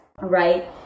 right